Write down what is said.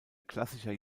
klassischer